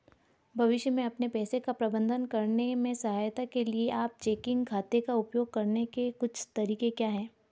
भविष्य में अपने पैसे का प्रबंधन करने में सहायता के लिए आप चेकिंग खाते का उपयोग करने के कुछ तरीके क्या हैं?